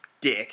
dick